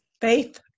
faith